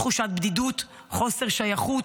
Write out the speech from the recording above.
תחושת בדידות, חוסר שייכות,